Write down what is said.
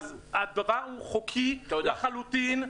אז הדבר הוא חוקי לחלוטין,